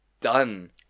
done